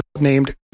named